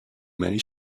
many